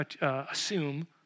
assume